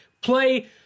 Play